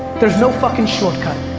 there's no fucking shortcut.